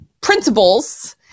principles